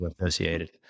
associated